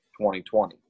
2020